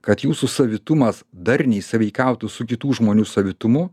kad jūsų savitumas darniai sąveikautų su kitų žmonių savitumu